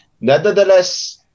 nevertheless